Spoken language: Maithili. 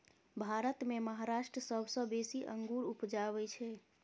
भारत मे महाराष्ट्र सबसँ बेसी अंगुर उपजाबै छै